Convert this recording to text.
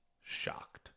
shocked